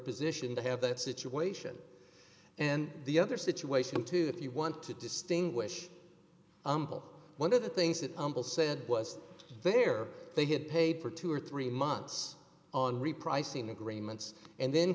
position to have that situation and the other situation too if you want to distinguish one of the things it said was there they had paid for two or three months on repricing agreements and then